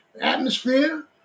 atmosphere